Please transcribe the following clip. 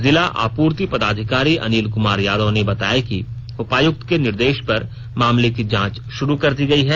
जिला आपूर्ति पदाधिकारी अनिल कुमार यादव ने बताया कि उपायुक्त के निर्देश पर मामले की जांच शुरू कर दी गई है